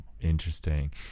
Interesting